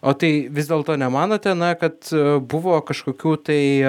o tai vis dėlto nemanote na kad buvo kažkokių tai